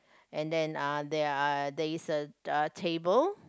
and then uh there are there is a table